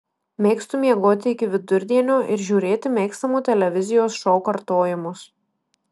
mėgstu miegoti iki vidurdienio ir žiūrėti mėgstamų televizijos šou kartojimus